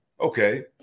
okay